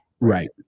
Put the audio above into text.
Right